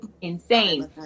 insane